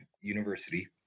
university